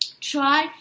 Try